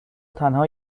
تنها